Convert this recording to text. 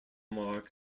mark